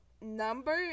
Number